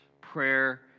prayer